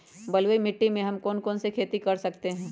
बलुई मिट्टी में हम कौन कौन सी खेती कर सकते हैँ?